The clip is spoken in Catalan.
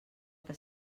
que